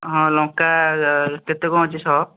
ହଁ ଲଙ୍କା କେତେ କ'ଣ ଅଛି ଶହ